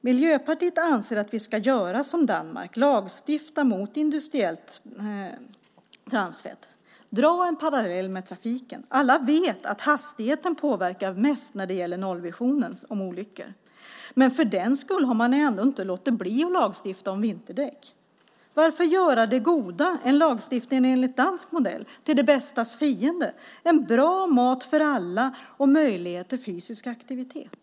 Miljöpartiet anser att vi ska göra som Danmark och lagstifta mot industriellt transfett. Låt mig dra en parallell med trafiken. Alla vet att hastigheten är det som har störst betydelse för nollvisionen om antalet olyckor. Men för den skull har man inte låtit bli att lagstifta om vinterdäck. Varför ska man göra det goda - en lagstiftning av dansk modell - till det bästas fiende? Det handlar om bra mat för alla och en möjlighet till fysisk aktivitet.